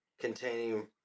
containing